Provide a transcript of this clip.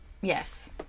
Yes